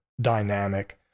dynamic